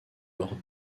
lors